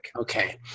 Okay